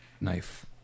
knife